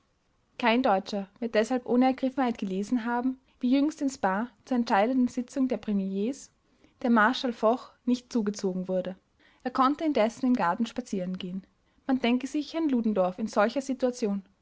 kein deutscher wird deshalb ohne ergriffenheit gelesen haben wie jüngst in spaa zur entscheidenden sitzung der premiers der marschall foch nicht zugezogen wurde er konnte indessen im garten spazieren gehen man denke sich herrn ludendorff in solcher situation